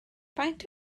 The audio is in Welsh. faint